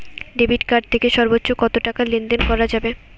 Debit card থেকে সর্বোচ্চ কত টাকা লেনদেন করা যাবে?